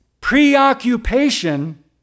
preoccupation